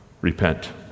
Repent